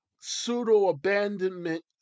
pseudo-abandonment